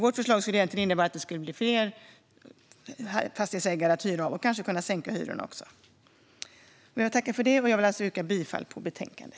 Vårt förslag skulle egentligen innebära att det blir fler fastighetsägare att hyra av och att det kanske även skulle gå att sänka hyrorna. Jag yrkar bifall till förslaget i utskottets betänkande.